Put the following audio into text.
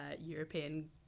European